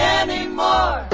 anymore